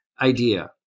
idea